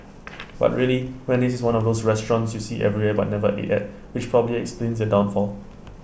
but really Wendy's is one of those restaurants you see everywhere but never ate at which probably explains their downfall